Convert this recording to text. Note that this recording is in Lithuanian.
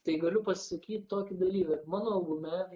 tai galiu pasakyt tokį dalyką mano albume